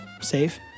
safe